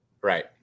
Right